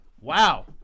Wow